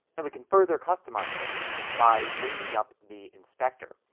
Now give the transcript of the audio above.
and we can further customize this by bringing up the inspector.